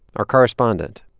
our correspondent,